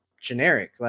generic